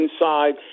inside